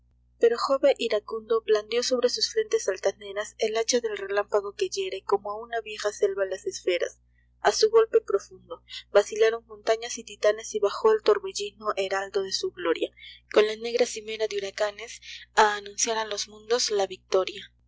pero jove iracundo blandió sobre sus frentes altaneras el acha del relámpago que hiere como á una vieja selva las esferas a su golpe profundo vacilaron montañas y titanes y bajó el torbellino heraldo de su gloria con la negra cimera de huracanes a anunciar á los mundos la victoria